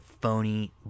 phony